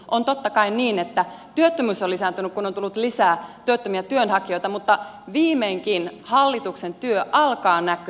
on totta kai niin että työttömyys on lisääntynyt kun on tullut lisää työttömiä työnhakijoita mutta viimeinkin hallituksen työ alkaa näkyä